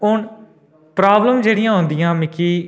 हुन प्राब्लम जेह्ड़ियां औंदियां मिकी